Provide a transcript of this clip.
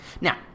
Now